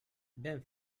ben